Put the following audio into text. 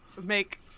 make